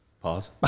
Pause